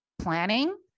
planning